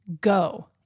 go